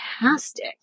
fantastic